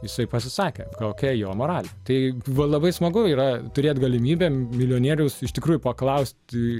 jisai pasisakė kokia jo moralė tai va labai smagu yra turėti galimybę milijonierius iš tikrųjų paklausti